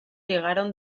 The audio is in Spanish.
llegaron